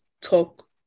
talk